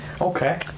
Okay